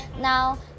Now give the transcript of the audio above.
Now